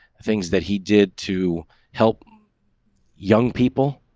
things that he did to help young people